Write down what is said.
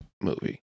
movie